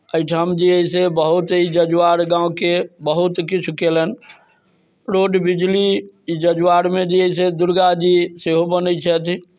एहिठाम जे अइ से बहुत ई जजुआर गामके बहुत किछु कयलनि रोड बिजली जजुआरमे जे अइ से दुर्गाजी सेहो बनैत छथि